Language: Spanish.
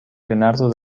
leonardo